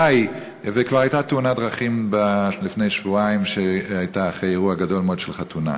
וכבר הייתה תאונת דרכים לפני שבועיים אחרי אירוע גדול מאוד של חתונה.